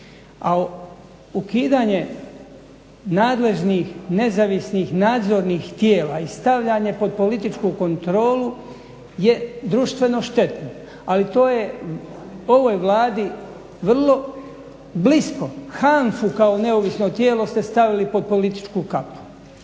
A ukidanje nadležnih, nezavisnih, nadzornih tijela i stavljanje pod političku kontrolu je društveno štetno, ali to je ovoj Vladi vrlo blisko. HANFA-u kao neovisno tijelo ste stavili pod političku kapu,